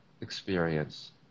experience